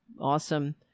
awesome